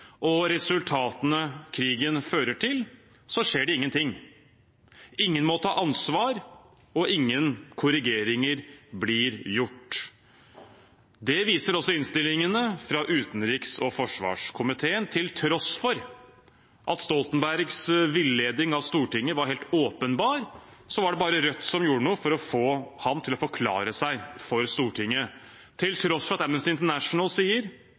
og resultatene krigen fører til, så skjer det ingenting. Ingen må ta ansvar, og ingen korrigeringer blir gjort. Det viser også innstillingene fra utenriks- og forsvarskomiteen. Til tross for at Stoltenbergs villeding av Stortinget var helt åpenbar, var det bare Rødt som gjorde noe for å få ham til å forklare seg for Stortinget. Til tross for at Amnesty International sier